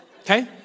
Okay